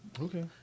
Okay